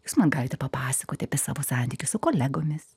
jūs man galite papasakoti apie savo santykius su kolegomis